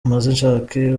nshake